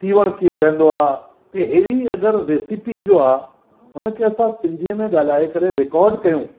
तीवण कीअं ठवंदो आहे त हेड़ी अगरि रेसिपी हुनखे असां सिंधीअ में ॻाल्हाए करे रिकार्ड कयूं